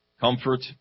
comfort